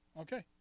Okay